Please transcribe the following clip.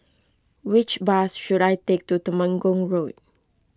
which bus should I take to Temenggong Road